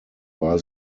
war